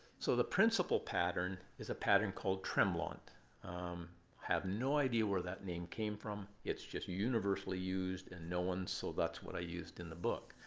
so the principal pattern is a pattern called tremblant. i um have no idea where that name came from. it's just universally used and no one so that's what i used in the book.